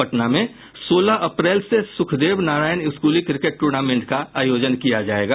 पटना में सोलह अप्रैल से सुखदेव नारायण स्कूली क्रिकेट टूर्नामेंट का आयोजन किया जायेगा